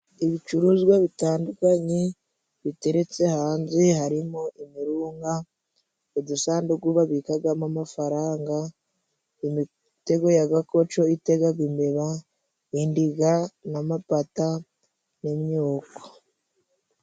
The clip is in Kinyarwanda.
Ibicuruzwa bitandukanye biteretse hanze, harimo imirunga, udusanduku babikagamo amafaranga, imitego ya gakoco itegaga imbeba, indiga n'amapata n'imyuko.